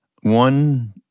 one